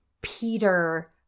peter